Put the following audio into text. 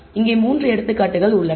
இங்கே 3 எடுத்துக்காட்டுகள் உள்ளன